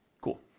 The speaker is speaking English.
Cool